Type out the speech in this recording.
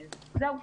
זהו.